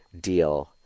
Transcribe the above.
deal